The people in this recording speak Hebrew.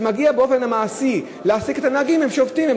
כשמגיע באופן המעשי להעסיק את הנהגים, הם שובתים.